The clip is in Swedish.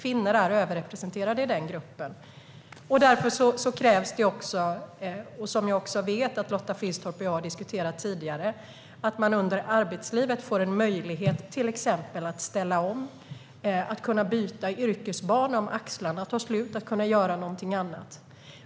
Kvinnor är överrepresenterade där. Därför krävs det - det har Lotta Finstorp och jag diskuterat tidigare - att man under arbetslivet får möjlighet att ställa om och byta yrkesbana om till exempel axlarna så att säga tar slut.